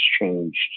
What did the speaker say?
changed